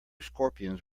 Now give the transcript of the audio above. scorpions